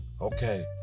Okay